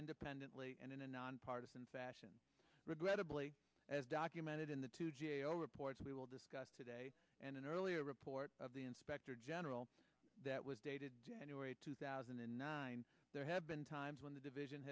independently and in a nonpartisan fashion regret as documented in the two g a o reports we will discuss today and an earlier report of the inspector general that was dated january two thousand and nine there have been times when the division